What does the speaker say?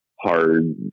hard